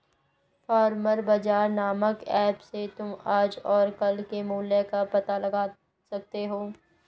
farmer बाजार नामक app से तुम आज और कल के मूल्य का पता लगा सकते हो